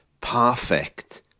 perfect